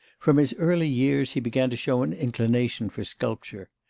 from his early years he began to show an inclination for sculpture.